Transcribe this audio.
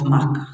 Mark